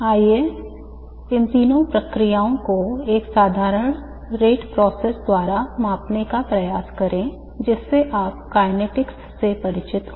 आइए हम इन तीन प्रक्रियाओं को एक साधारण दर प्रक्रिया द्वारा मापने का प्रयास करें जिससे आप kinetics से परिचित हों